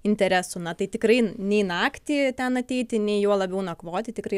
interesų na tai tikrai nei naktį ten ateiti nei juo labiau nakvoti tikrai